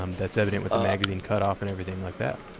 um that's evident with the magazine cut off and everything like that.